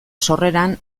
sorreran